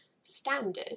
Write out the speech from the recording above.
standard